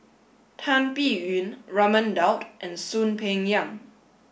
Tan Biyun Raman Daud and Soon Peng Yam